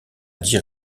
dix